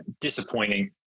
disappointing